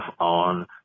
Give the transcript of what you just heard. on